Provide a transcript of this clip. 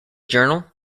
journal